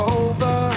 over